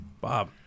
Bob